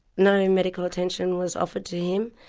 no medical attention was offered to him,